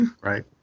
right